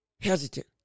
hesitant